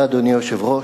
אדוני היושב-ראש,